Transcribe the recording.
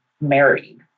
married